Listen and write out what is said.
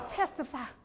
testify